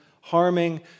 harming